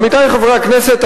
עמיתי חברי הכנסת,